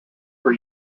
per